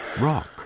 rock